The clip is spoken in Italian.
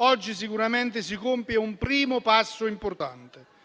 Oggi sicuramente si compie un primo passo importante.